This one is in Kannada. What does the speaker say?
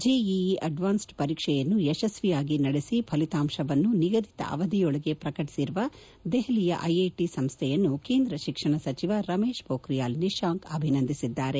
ಜೆಇಇ ಅಡ್ವಾನ್ಸ್ಡ್ ಪರೀಕ್ಷೆಯನ್ನು ಯಶಸ್ವಿಯಾಗಿ ನಡೆಸಿ ಫಲಿತಾಂಶವನ್ನು ನಿಗದಿತ ಅವಧಿಯೊಳಗೆ ಪ್ರಕಟಿಸಿರುವ ದೆಹಲಿಯ ಐಐಟಿ ಸಂಸ್ವೆಯನ್ನು ಕೇಂದ್ರ ಶಿಕ್ಷಣ ಸಚಿವ ರಮೇಶ್ ಪೋಖ್ರಿಯಾಲ್ ನಿಶಾಂಕ್ ಅಭಿನಂದಿಸಿದ್ದಾರೆ